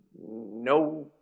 no